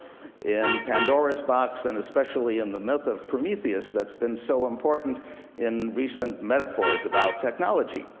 in pandora's box, and especially in the myth of prometheus that's been so important in recent metaphors about technology.